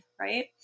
right